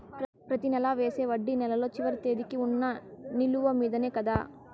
ప్రతి నెల వేసే వడ్డీ నెలలో చివరి తేదీకి వున్న నిలువ మీదనే కదా?